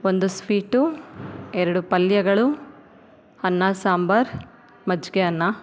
ಒಂದು ಸ್ವೀಟು ಎರಡು ಪಲ್ಯಗಳು ಅನ್ನ ಸಾಂಬಾರು ಮಜ್ಜಿಗೆ ಅನ್ನ